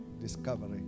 discovery